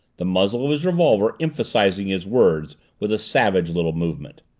the muzzle of his revolver emphasizing his words with a savage little movement.